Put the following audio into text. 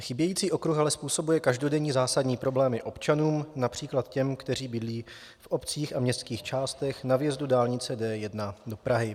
Chybějící okruh ale způsobuje každodenní zásadní problémy občanům, například těm, kteří bydlí v obcích a městských částech na vjezdu dálnice D1 do Prahy.